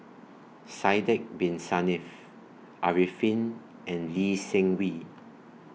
Sidek Bin Saniff Arifin and Lee Seng Wee